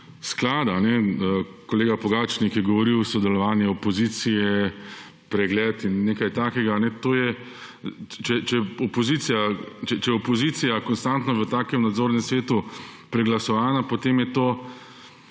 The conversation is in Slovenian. sklada, kolega Pogačnik je govoril o sodelovanju opozicije, pregled in nekaj takega. Če je opozicija konstantno v takem nadzornem svetu preglasovala, potem je to